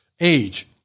Age